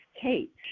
Kate